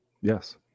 yes